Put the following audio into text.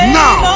now